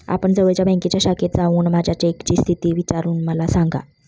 आपण जवळच्या बँकेच्या शाखेत जाऊन माझ्या चेकची स्थिती विचारून मला सांगा